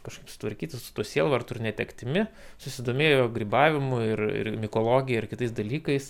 kažkaip sutvarkyti su tuo sielvartu ir netektimi susidomėjo grybavimu ir ir mikologija ir kitais dalykais